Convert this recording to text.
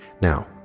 now